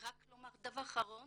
רק לומר דבר אחרון.